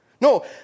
No